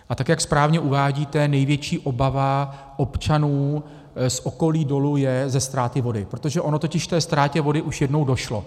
A jak správně uvádíte, největší obava občanů z okolí dolu je ze ztráty vody, protože ono totiž ke ztrátě vody už jednou došlo.